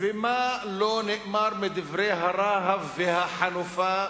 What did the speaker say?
ומה לא נאמר בדברי הרהב והחנופה